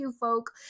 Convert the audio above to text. folk